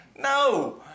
No